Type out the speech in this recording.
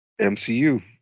MCU